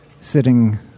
sitting